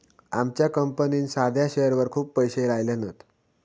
आमच्या कंपनीन साध्या शेअरवर खूप पैशे लायल्यान हत